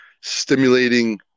stimulating